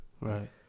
Right